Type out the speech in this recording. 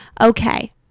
okay